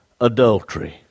adultery